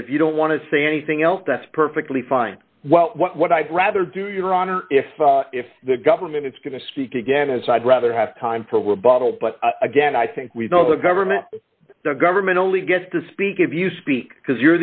but if you don't want to say anything else that's perfectly fine what i'd rather do your honor if if the government is going to speak again as i'd rather have time for we're bottle but again i think we know the government the government only gets to speak if you speak because